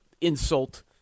insult